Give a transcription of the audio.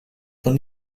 von